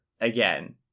again